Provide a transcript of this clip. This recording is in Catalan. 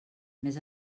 més